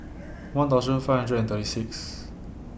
one thousand five hundred and thirty six